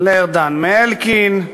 לארדן מאלקין,